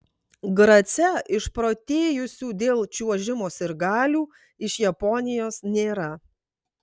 grace išprotėjusių dėl čiuožimo sirgalių iš japonijos nėra